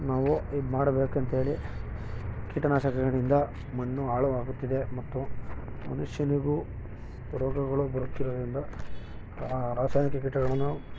ನಾವು ಇದು ಮಾಡಬೇಕಂಥೇಳಿ ಕೀಟನಾಶಕಗಳಿಂದ ಮಣ್ಣು ಹಾಳು ಆಗುತ್ತಿದೆ ಮತ್ತು ಮನುಷ್ಯನಿಗೂ ರೋಗಗಳು ಬರುತ್ತಿರೋದರಿಂದ ಆ ರಾಸಾಯನಿಕ ಕೀಟಗಳನ್ನು